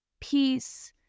peace